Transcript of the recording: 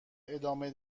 ادامه